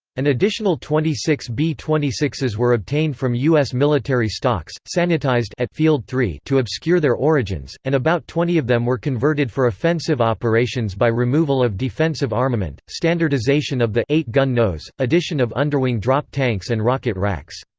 an additional twenty six b twenty six s were obtained from us military stocks, sanitized at field three to obscure their origins, and about twenty of them were converted for offensive operations by removal of defensive armament, standardization of the eight-gun nose, addition of underwing drop tanks and rocket racks.